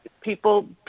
people